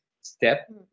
step